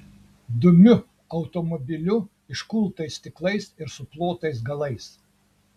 dumiu automobiliu iškultais stiklais ir suplotais galais